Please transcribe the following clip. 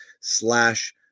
slash